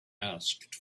asked